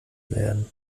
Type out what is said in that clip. werden